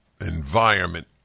environment